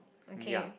ya